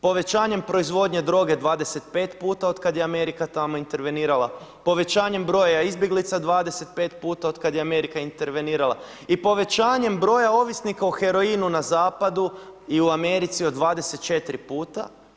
Povećanjem proizvodnje droge 25 puta od kad je Amerika tamo intervenirala, povećanjem broja izbjeglica 25 puta od kad je Amerika intervenirala i povećanjem broja ovisnika o heroinu na zapadu i u Americi od 24 puta.